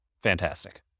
fantastic